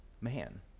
man